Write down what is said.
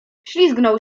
wślizgnął